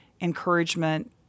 encouragement